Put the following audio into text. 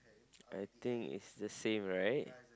I think it's the same right